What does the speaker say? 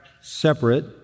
separate